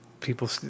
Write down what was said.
people